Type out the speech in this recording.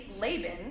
Laban